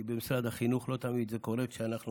כי במשרד החינוך לא תמיד זה קורה כשאנחנו